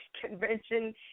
convention